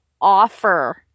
Offer